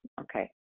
Okay